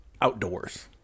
Outdoors